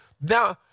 Now